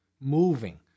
Moving